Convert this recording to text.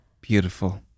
Beautiful